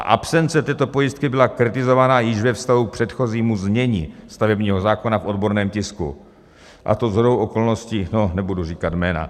Absence této pojistky byla kritizována již ve vztahu k předchozímu znění stavebního zákona v odborném tisku, a to shodou okolností... no, nebudu říkat jména.